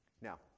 Now